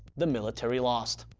the military lost,